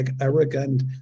arrogant